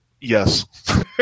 yes